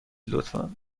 لطفا